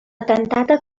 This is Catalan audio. cantata